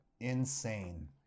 Insane